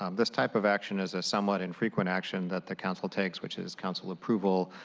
um this type of action is a somewhat infrequent action that the council takes, which is council approval,